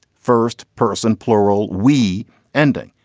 first person plural. we ending.